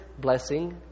blessing